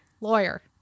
lawyer